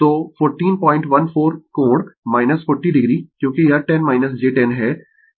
तो 1414 कोण 40 o क्योंकि यह 10 j 10 है